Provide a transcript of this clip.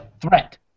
Threat